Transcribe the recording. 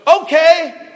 okay